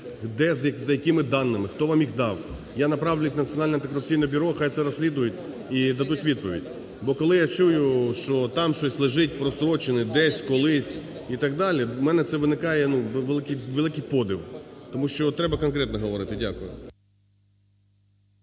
де і за якими даними, хто вам їх дав. Я направлю в Національне антикорупційне бюро, хай це розслідують і дадуть відповідь. Бо коли я чую, що там щось лежить прострочене, десь, колись і так далі. У мене це виникає, ну, великий подив, тому що треба конкретно говорити. Дякую.